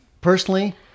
personally